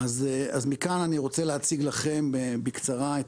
אז מכאן אני רוצה להציג לכם בקצרה את